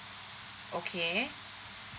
okay